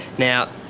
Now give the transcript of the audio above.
now,